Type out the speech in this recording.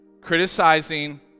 Criticizing